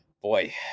Boy